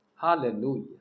Hallelujah